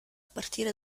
partire